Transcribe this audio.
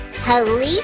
Holy